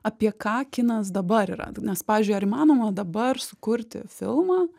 apie ką kinas dabar yra nes pavyzdžiui ar įmanoma dabar sukurti filmą